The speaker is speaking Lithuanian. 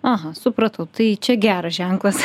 aha supratau tai čia geras ženklas